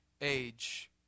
age